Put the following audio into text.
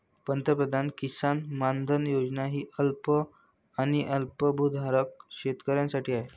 पंतप्रधान किसान मानधन योजना ही अल्प आणि अल्पभूधारक शेतकऱ्यांसाठी आहे